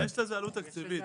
יש לזה עלות תקציבית.